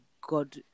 God